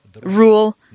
rule